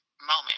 moment